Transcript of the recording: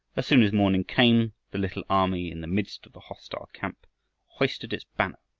soon as morning came the little army in the midst of the hostile camp hoisted its banner.